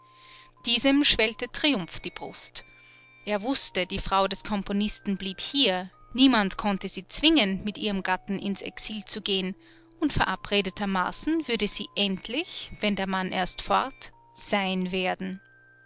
diesem schwellte triumph die brust er wußte die frau des komponisten blieb hier niemand konnte sie zwingen mit ihrem gatten ins exil zu gehen und verabredetermaßen würde sie endlich wenn der mann erst fort sein werden